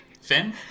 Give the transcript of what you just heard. finn